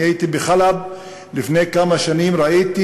אני הייתי בחאלב לפני כמה שנים וראיתי,